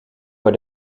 voor